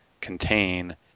contain